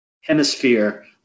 hemisphere